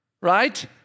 Right